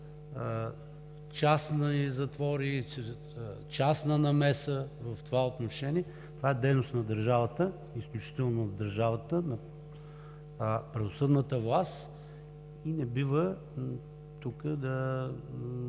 частна намеса в това отношение. Това е дейност на държавата, изключително на държавата, на правосъдната власт и не бива тук да